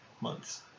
months